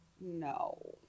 no